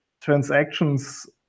transactions